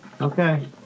Okay